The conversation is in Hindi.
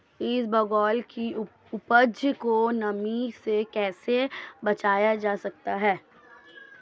इसबगोल की उपज को नमी से कैसे बचाया जा सकता है?